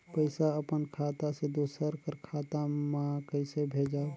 पइसा अपन खाता से दूसर कर खाता म कइसे भेजब?